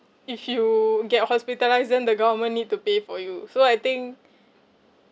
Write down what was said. if you get hospitalised then the government need to pay for you so I think